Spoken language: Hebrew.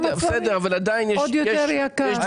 למה צריך שהוא יהיה עוד יותר יקר?